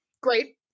great